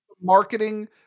marketing